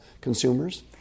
consumers